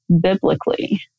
biblically